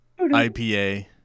IPA